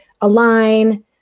align